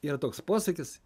yra toks posakis